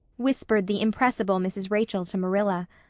whispered the impressible mrs. rachel to marilla.